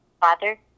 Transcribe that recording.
Father